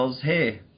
hey